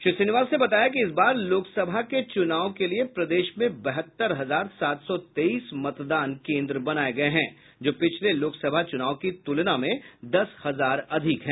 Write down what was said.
श्री श्रीनिवास ने बताया कि इस बार लोकसभा के चुनाव के लिए प्रदेश में बहत्तर हजार सात सौ तेईस मतदान केन्द्र बनाये गये हैं जो पिछले लोकसभा चूनाव की तूलना में दस हजार अधिक हैं